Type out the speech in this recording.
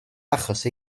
achos